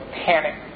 panic